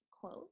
quote